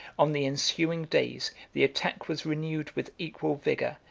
on the ensuing days, the attack was renewed with equal vigor,